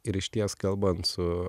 ir išties kalbant su